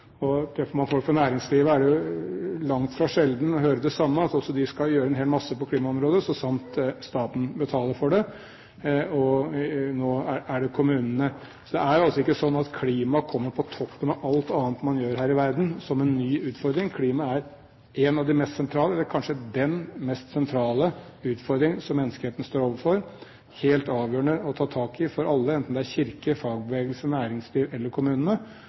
man folk fra næringslivet, er det langt fra sjelden å høre det samme, at også de skal gjøre en hel masse på klimaområdet så sant staten betaler for det – og nå er det kommunene. Det er altså ikke slik at klima kommer på toppen av alt annet man gjør her i verden, som en ny utfordring. Klima er en av de mest sentrale eller kanskje den mest sentrale utfordring som menneskeheten står overfor, helt avgjørende å ta tak i for alle, enten det er Kirken, fagbevegelsen, næringslivet eller kommunene.